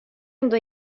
ändå